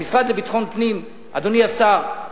המשרד לביטחון פנים, אדוני השר,